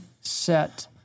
set